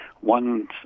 one